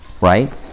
Right